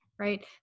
Right